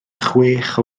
chwech